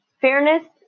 Fairness